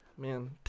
Man